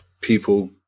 people